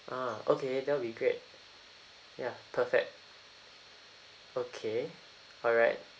ah okay that will be great ya perfect okay alright